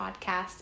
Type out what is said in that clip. podcast